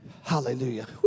Hallelujah